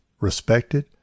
respected